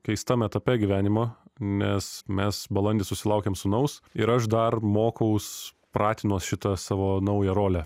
keistam etape gyvenimo nes mes balandį susilaukėm sūnaus ir aš dar mokaus pratinuos šitą savo naują rolę